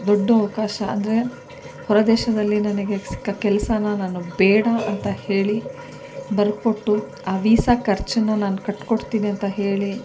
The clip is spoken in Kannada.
ದೊಡ್ಡ ಅವಕಾಶ ಅಂದರೆ ಹೊರದೇಶದಲ್ಲಿ ನನಗೆ ಸಿಕ್ಕ ಕೆಲಸನ ನಾನು ಬೇಡ ಅಂತ ಹೇಳಿ ಬರ್ಕೊಟ್ಟು ಆ ವೀಸಾ ಖರ್ಚನ್ನು ನಾನು ಕಟ್ಟಿ ಕೊಡ್ತೀನಿ ಅಂತ ಹೇಳಿ